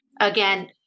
again